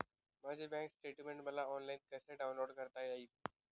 माझे bank statement मला online कसे डाउनलोड करता येईल?